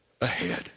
ahead